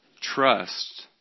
Trust